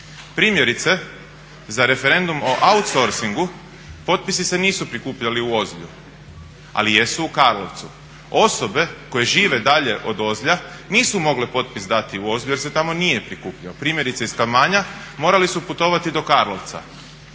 primjerice za referendum o outsourcingu potpisi se nisu prikupljali u Ozlju, ali jesu u Karlovcu. Osobe koje žive dalje od Ozlja nisu mogle potpis dati u Ozlju jer se tamo nije prikupljao. Primjerice iz … morali su putovati do Karlovca.